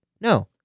No